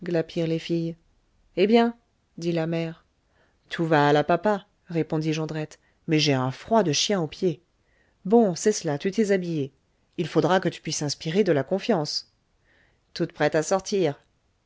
glapirent les filles eh bien dit la mère tout va à la papa répondit jondrette mais j'ai un froid de chien aux pieds bon c'est cela tu t'es habillée il faudra que tu puisses inspirer de la confiance toute prête à sortir